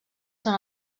són